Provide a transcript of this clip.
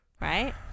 Right